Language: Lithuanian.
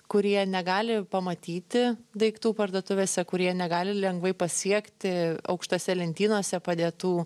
kurie negali pamatyti daiktų parduotuvėse kurie negali lengvai pasiekti aukštose lentynose padėtų